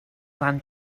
ran